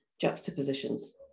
juxtapositions